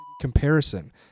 comparison